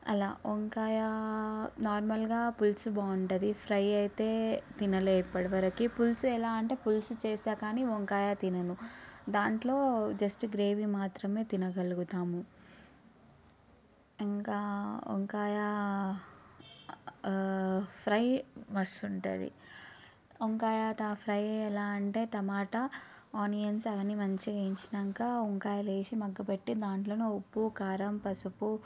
అలా వంకాయ నార్మల్గా పులుసు బాగుంటుంది ఫ్రై అయితే తినలేదు ఇప్పటి వరకు పులుసు ఎలా అంటే పులుసు చేస్తా కానీ వంకాయ తినను దాంట్లో జస్ట్ గ్రేవి మాత్రమే తినగలుగుతాము ఇంకా వంకాయ ఫ్రై మస్తు ఉంటుంది వంకాయ ఫ్రై ఎలా అంటే టమాటా ఆనియన్స్ అవన్నీ మంచిగా వేయించాక వంకాయలో వేసి మగ్గపెట్టి దాంట్లోనే ఉప్పు కారం పసుపు